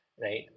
Right